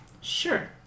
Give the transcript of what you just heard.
sure